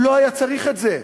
הוא לא היה צריך את זה.